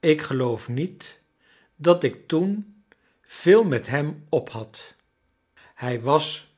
ik geloof niet dat ik toen veel met hem op had hij was